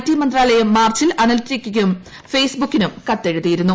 T മന്ത്രാലയം മാർച്ചിൽ അനലറ്റിക്കയ്ക്കും ഫേസ്ബുക്കിനും കത്തെഴുതിയിരുന്നു